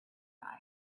die